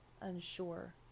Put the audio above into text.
unsure